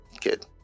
kid